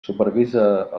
supervisa